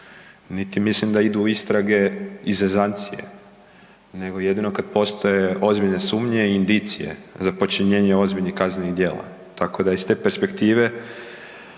niti mislim da idu istrage iz zezancije nego jedino kad postoje ozbiljne sumnje i indicije za počinjenje ozbiljnih kaznenih dijela. Tako da iz te perspektive,